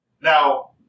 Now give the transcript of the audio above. Now